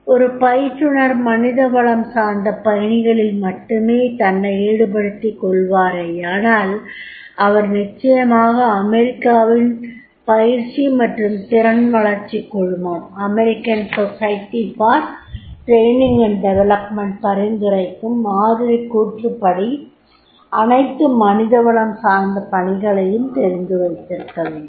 ஒரு பயிற்றுனர் மனிதவளம் சார்ந்த பணிகளில் மட்டுமே தன்னை ஈடுபடுத்திக் கொள்வாரேயானால் அவர் நிச்சயமாக அமேரிக்காவின் பயிற்சி மற்றும் திறன் வளர்ச்சிக் குழுமம் பரிந்துறைக்கும் மாதிரிக் கூற்றுப்படி அனைத்து மனிதவளம் சார்ந்த பணிகளையும் தெரிந்துவைத்திருக்கவேண்டும்